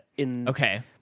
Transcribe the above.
okay